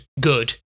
good